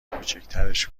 کوچیکترش